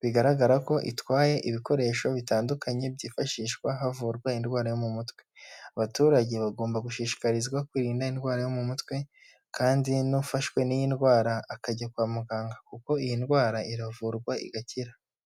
bigaragara ko itwaye ibikoresho bitandukanye byifashishwa havurwa indwara yo mu mutwe, abaturage bagomba gushishikarizwa kwirinda indwara yo mu mutwe kandi n'ufashwe n'iyi ndwara akajya kwa muganga kuko iyi ndwara iravurwa igakira.